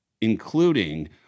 including